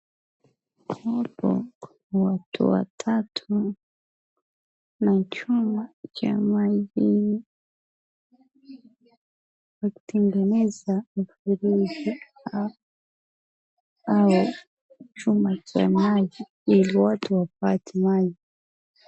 Hapa, kuna watu watatu na chuma cha majini, wakitengeneza mfereji au chuma cha maji, ili watu wapate maji.